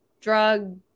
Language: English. drug